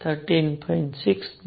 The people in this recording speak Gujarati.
6 માઇનસ 13